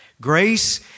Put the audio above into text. Grace